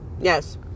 Yes